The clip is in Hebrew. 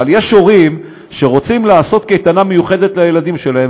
אבל יש הורים שרוצים לעשות קייטנה מיוחדת לילדים שלהם,